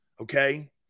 Okay